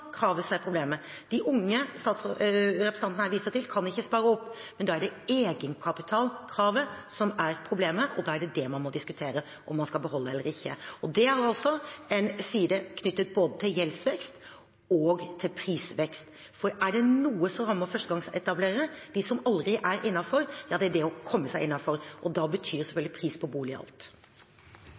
kan ikke spare opp, men da er det egenkapitalkravet som er problemet, og da er det det man må diskutere om man skal beholde eller ikke. Det er en side knyttet både til gjeldsvekst og til prisvekst. Er det noe som rammer førstegangsetablerere, de som aldri er innenfor, er det det å komme seg innenfor. Da betyr selvfølgelig pris på bolig alt.